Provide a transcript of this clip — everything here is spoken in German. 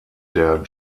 der